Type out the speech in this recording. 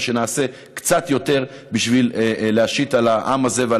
ושנעשה קצת יותר בשביל להשית על העם הזה ועל